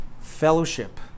Fellowship